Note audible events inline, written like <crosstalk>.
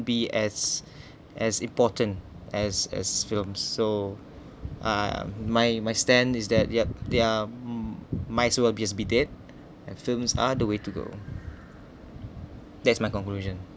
be as <breath> as important as as films so uh my my stand is that their their might's will be as be dead and films are the way to go that's my conclusion